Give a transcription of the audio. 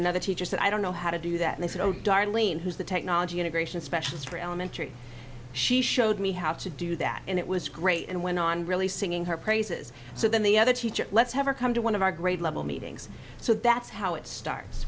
another teacher said i don't know how to do that they said oh darlene who's the technology integration specialist for elementary she showed me how to do that and it was great and went on really singing her praises so then the other teacher let's have a come to one of our grade level meetings so that's how it starts